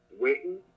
waiting